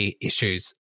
issues